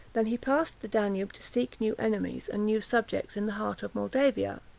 than he passed the danube to seek new enemies and new subjects in the heart of moldavia.